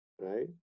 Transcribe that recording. right